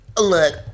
look